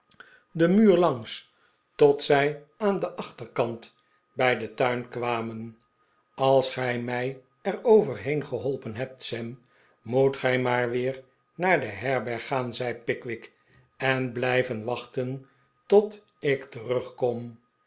den muur langs tot de pickwick club zij aan den achterkant bij den tuin kwamen rr als gij mij er overheen geholpen hebt sam moet gij maar weer naar de herberg gaan zei pickwick en blijven wachten tot ik terugkom